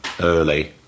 early